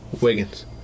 Wiggins